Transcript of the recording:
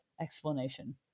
explanation